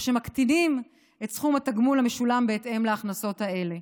או מקטינים את סכום התגמול המשולם בהתאם להכנסות אלה.